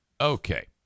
Okay